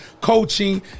coaching